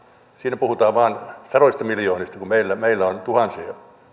siinä puhutaan sadoista miljoonista kun meillä meillä on tuhansia